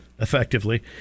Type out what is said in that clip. effectively